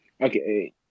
Okay